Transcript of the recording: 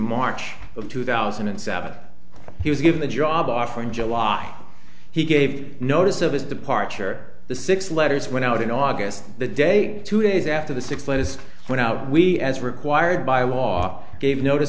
march of two thousand and seven he was given the job offer in july he gave notice of his departure the six letters went out in august the day two days after the six latest went out we as required by law gave notice